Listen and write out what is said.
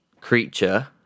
creature